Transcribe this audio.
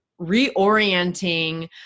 reorienting